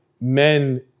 men